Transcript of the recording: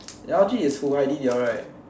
your L_G is who Heidi they all right